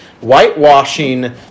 whitewashing